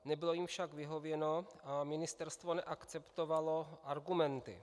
Nebylo jim však vyhověno a ministerstvo neakceptovalo argumenty.